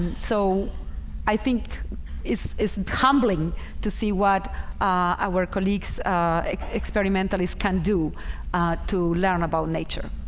so i think it's it's humbling to see what our colleagues experimentalist can do to learn about nature.